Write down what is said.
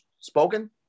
spoken